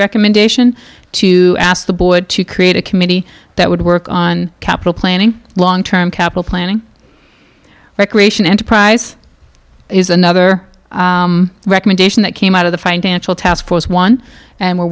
recommendation to ask the board to create a committee that would work on capital planning long term capital planning recreation enterprise is another recommendation that came out of the financial task force one and we're